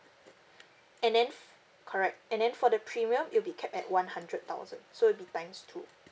and then f~ correct and then for the premium it'll be capped at one hundred thousand so it'll be times two